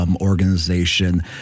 organization